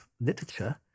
literature